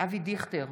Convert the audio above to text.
אבי דיכטר,